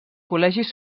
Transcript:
col·legis